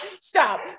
stop